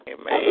Amen